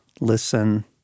listen